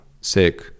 sick